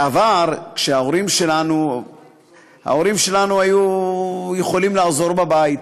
בעבר, ההורים שלנו היו יכולים לעזור בבית.